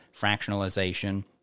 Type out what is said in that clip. fractionalization